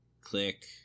click